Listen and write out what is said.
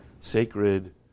sacred